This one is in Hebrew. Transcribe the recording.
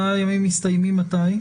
ה-28 מסתיימים מתי?